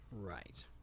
Right